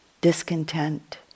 discontent